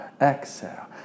exhale